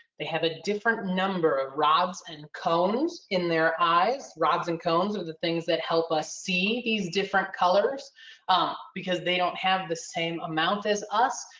they have a different number of rods and cones in their eyes. rods and cones are the things that help us see these different colors because they don't have the same amount as us.